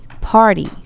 parties